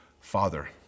Father